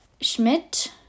Schmidt